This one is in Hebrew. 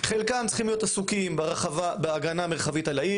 חבר הכנסת ברקת דיבר על כך שאנחנו צריכים כוחות ועוד ועוד.